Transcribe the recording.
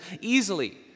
easily